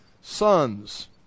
sons